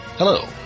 Hello